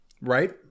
Right